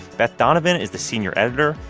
beth donovan is the senior editor.